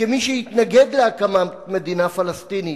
כמי שיתנגד להקמת מדינה פלסטינית.